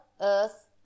earth